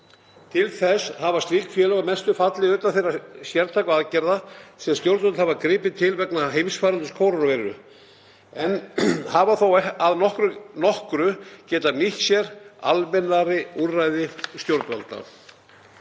Til þessa hafa slík félög að mestu fallið utan þeirra sértæku aðgerða sem stjórnvöld hafa gripið til vegna heimsfaraldurs kórónuveiru, en hafa þó að nokkru getað nýtt sér almennari úrræði stjórnvalda.